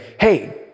hey